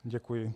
Děkuji.